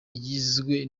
igizwe